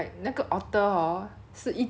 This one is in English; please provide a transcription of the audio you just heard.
like 那个马本身都比我高了